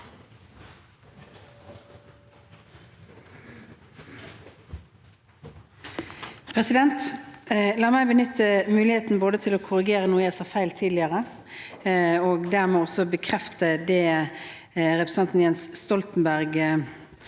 La meg be- nytte muligheten til både å korrigere noe jeg sa feil tidligere, og dermed også bekrefte det representanten Jens Stoltenberg